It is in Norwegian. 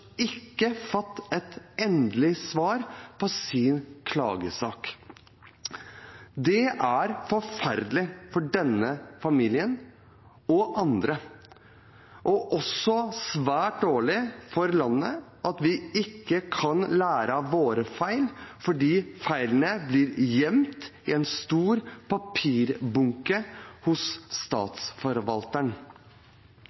ikke fått et endelig svar på sin klagesak. Det er forferdelig for denne familien – og andre – og også svært dårlig for landet at vi ikke kan lære av våre feil fordi feilene blir gjemt i en stor papirbunke hos